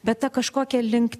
bet ta kažkokia link